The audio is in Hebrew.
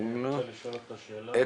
בבקשה -- אפשר לשאול את רוני שאלה?